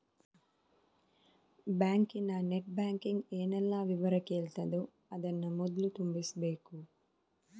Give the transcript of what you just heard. ಬ್ಯಾಂಕಿನ net banking ಏನೆಲ್ಲ ವಿವರ ಕೇಳ್ತದೋ ಅದನ್ನ ಮೊದ್ಲು ತುಂಬಿಸ್ಬೇಕು